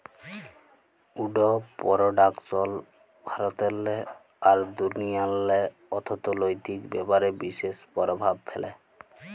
would পরডাকশল ভারতেল্লে আর দুনিয়াল্লে অথ্থলৈতিক ব্যাপারে বিশেষ পরভাব ফ্যালে